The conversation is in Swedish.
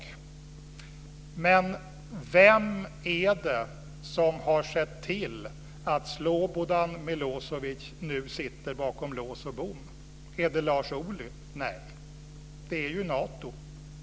Men vem är det som har sett till att Slobodan Milo evic nu sitter bakom lås och bom? Är det Lars Ohly? Nej, det är ju Nato.